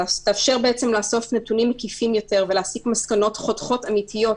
תאפשר לאסוף נתונים מקיפים יותר ולהסיק מסקנות חותכות אמיתיות